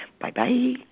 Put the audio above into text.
Bye-bye